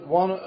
one